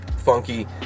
funky